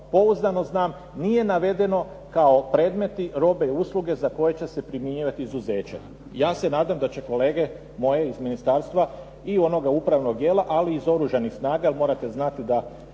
pouzdano znam nije navedeno kao predmeti, robe i usluge za koje će se primjenjivati izuzeća. Ja se nadam da će kolege moje iz ministarstva i onoga upravnog dijela ali i oružanih snaga morate znati da